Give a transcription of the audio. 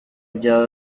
bya